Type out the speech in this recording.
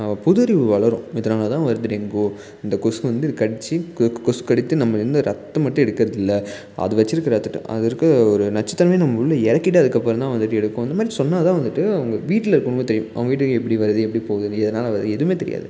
பொது அறிவு வளரும் இதனால்தான் வருது டெங்கு இந்த கொசு வந்து கடிச்சு கொ கொசு கடித்து நம்ம இருந்து ரத்தம் மட்டும் எடுக்கிறதில்ல அது வச்சு இருக்குற ரத்தத்தை அது இருக்க ஒரு நச்சு தன்மை நம்ம உள்ளே இறக்கிட்டு அதுக்கப்பறந்தான் வந்துட்டு எடுக்கும் அந்தமாதிரி சொன்னால்தான் வந்துட்டு அவங்க வீட்டில இருக்கவங்களுக்கு தெரியும் அவங்க வீட்டுக்கு எப்படி வருது எப்படி போகுது எதனால் வருது எதுவுமே தெரியாது